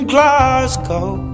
Glasgow